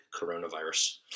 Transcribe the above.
coronavirus